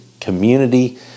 community